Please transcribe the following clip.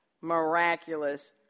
miraculous